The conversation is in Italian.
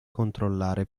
controllare